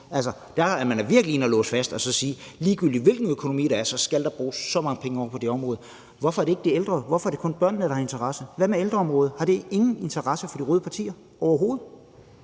Altså, der er man da virkelig inde at låse noget fast og sige, at ligegyldigt hvilken økonomi der er, skal der bruges så mange penge på det område. Hvorfor er det ikke de ældre? Hvorfor er det kun børnene, der har interesse? Hvad med ældreområdet? Har det overhovedet ingen interesse for de røde partier? Kl.